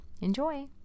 enjoy